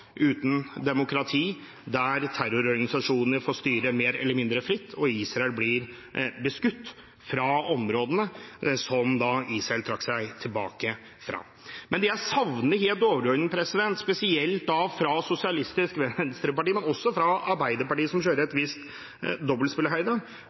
uten demokrati, der terrororganisasjoner får styre mer eller mindre fritt, og Israel blir beskutt fra områdene som Israel trakk seg tilbake fra. Men det jeg savner, helt overordnet, spesielt fra Sosialistisk Venstreparti, men også fra Arbeiderpartiet, som kjører et visst